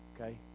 okay